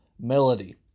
melody